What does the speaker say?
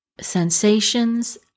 sensations